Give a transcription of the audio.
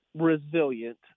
resilient